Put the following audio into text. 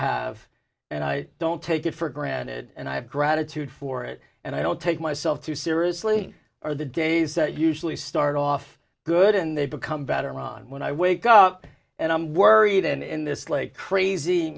have and i don't take it for granted and i have gratitude for it and i don't take myself too seriously or the days that usually start off good and they become better on when i wake up and i'm worried and in this like crazy